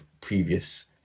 previous